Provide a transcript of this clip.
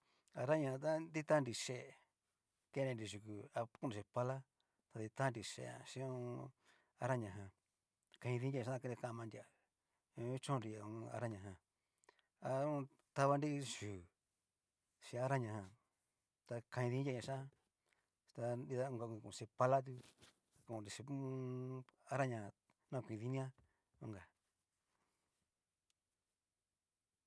Araña jan ta ditanri yee kendre nri yukú, a kon ni chín pala, ta ditanri yee jan chin ho o on. araña ján kani diñajan ta kamanria ña jan kuchon nri ho o on. arañan ján a un tavanri yú yi araña ján, ta kani dininria inka yián, ta nrida onka konin chín pala konnri chi hu u un. araña ján, ta na okuin dinia onká.